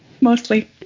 Mostly